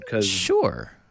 Sure